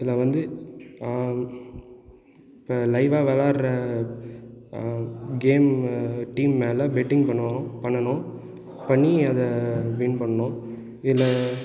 இதில் வந்து ஆ இப்போ லைவ்வா விளாட்ர ஆ கேம் டீம் மேலே பெட்டிங் பண்ணுவாங்கள் பண்ணணும் பண்ணி அதை வின் பண்ணணும் இதில்